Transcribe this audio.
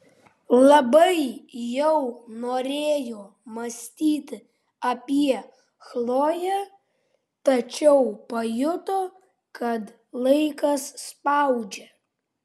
labai jau norėjo mąstyti apie chloję tačiau pajuto kad laikas spaudžia